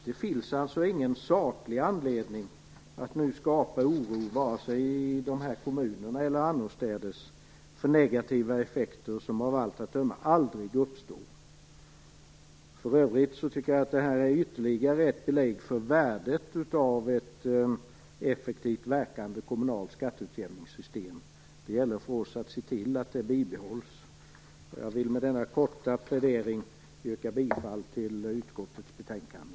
Det finns alltså ingen saklig anledning att nu skapa oro i de här kommunerna eller annorstädes för negativa effekter som av allt att döma aldrig uppstår. För övrigt tycker jag att detta är ytterligare ett belägg för värdet av ett effektivt verkande kommunalt skatteutjämningssystem. Det gäller för oss att se till att det bibehålls. Med denna korta plädering vill jag yrka bifall till hemställan i utskottets betänkande.